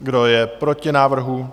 Kdo je proti návrhu?